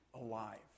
alive